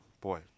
boy